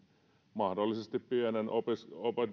mahdollisesti pienen opetus